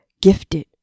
gifted